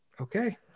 okay